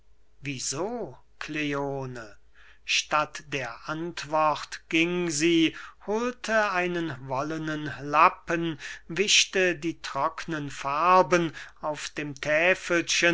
wie so kleone statt der antwort ging sie hohlte einen wollenen lappen wischte die trocknen farben auf dem